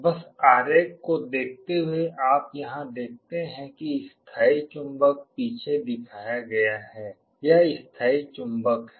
बस आरेख को देखते हुए आप यहां देखते हैं कि स्थायी चुंबक पीछे दिखाया गया है यह स्थायी चुंबक है